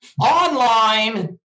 online